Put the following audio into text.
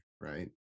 right